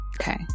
Okay